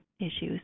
issues